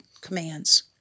commands